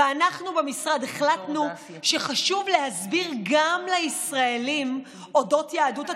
אנחנו במשרד החלטנו שחשוב להסביר גם לישראלים על אודות יהדות התפוצות,